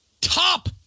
top